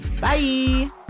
Bye